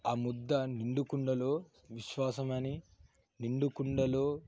ఆ ముద్దా నిండుకుండలో విశ్వాసమని నిండుకుండలో